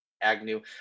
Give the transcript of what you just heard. Agnew